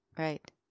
Right